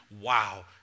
wow